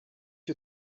you